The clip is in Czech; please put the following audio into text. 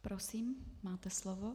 Prosím, máte slovo.